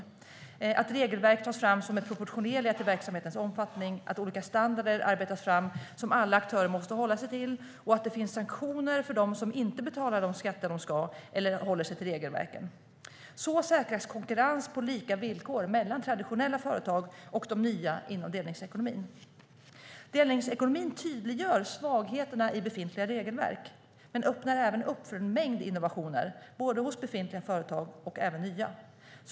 Det handlar om att regelverk tas fram som är proportionerliga i förhållande till verksamhetens omfattning, att olika standarder arbetas fram som alla aktörer måste hålla sig till och att det finns sanktioner för dem som inte betalar de skatter de ska eller håller sig till regelverken. Så säkras konkurrens på lika villkor mellan traditionella företag och de nya inom delningsekonomin. Delningsekonomin tydliggör svagheterna i befintliga regelverk men öppnar även för en mängd innovationer hos både befintliga företag och nya.